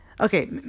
Okay